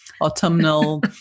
autumnal